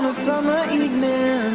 summer evening